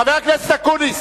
חבר הכנסת אקוניס.